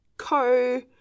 co